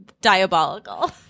diabolical